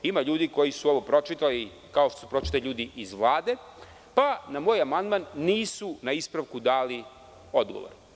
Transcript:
Ima ljudi koji su ovo pročitali, kao što su pročitali ljudi iz Vlade, pa na moj amandman nisu na ispravku dali odgovor.